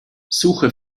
suche